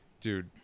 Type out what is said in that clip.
Dude